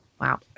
Wow